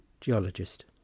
Geologist